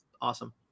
awesome